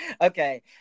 Okay